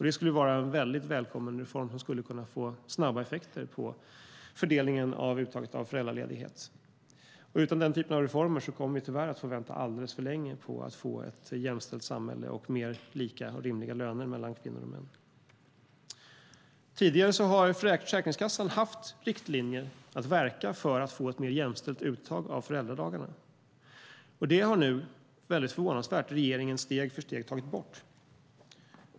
Det skulle vara en välkommen reform som skulle kunna få snabba effekter på fördelningen av uttaget av föräldraledighet. Utan denna typ av reformer kommer vi tyvärr att få vänta alldeles för länge på att få ett jämställt samhälle och mer lika och rimliga löner mellan kvinnor och män. Tidigare har Försäkringskassan haft riktlinjer att verka för ett mer jämställt uttag av föräldradagarna. Det har nu, förvånansvärt nog, regeringen steg för steg tagit bort.